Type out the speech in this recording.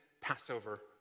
Passover